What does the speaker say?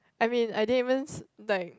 I mean I didn't even like